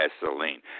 gasoline